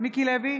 מיקי לוי,